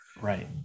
right